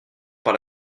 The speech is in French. par